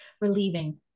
relieving